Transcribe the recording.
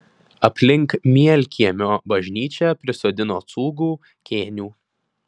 aplink mielkiemio bažnyčią prisodino cūgų kėnių